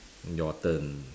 your turn